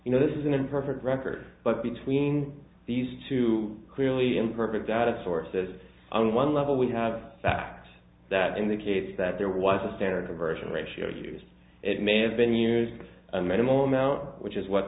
you know this is an imperfect record but between these two clearly imperfect data sources on one level we have facts that indicates that there was a standard conversion ratio used it may have been used a minimal amount which is what